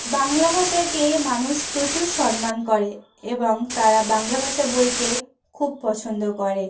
বাংলা ভাষাকে মানুষ প্রচুর সম্মান করে এবং তারা বাংলা ভাষা বলতে খুব পছন্দ করে